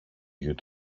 γιου